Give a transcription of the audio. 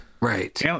Right